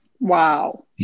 Wow